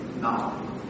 now